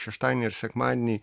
šeštadienį ir sekmadienį